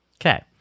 Okay